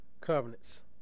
covenants